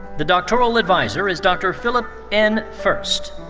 the doctoral adviser is dr. philip n. furst.